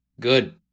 Good